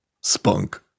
spunk